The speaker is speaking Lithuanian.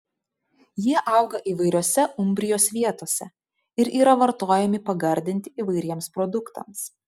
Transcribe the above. jie auga įvairiose umbrijos vietose ir yra vartojami pagardinti įvairiems produktams